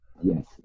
Yes